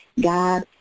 God